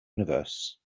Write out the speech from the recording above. universe